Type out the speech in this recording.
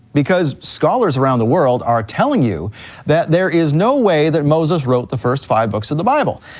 because scholars around the world are telling you that there is no way that moses wrote the first five books of the bible.